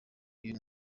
y’uyu